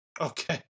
Okay